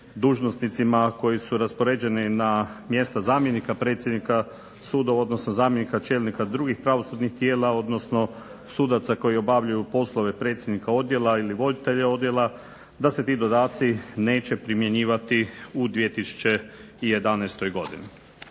dužnosnicima koji su raspoređeni na mjesta zamjenika predsjednika suda, odnosno zamjenika čelnika drugih pravosudnih tijela odnosno sudaca koji obavljaju poslove predsjednika odijela ili voditelja odijela da se ti dodaci neće primjenjivati u 2011. godini.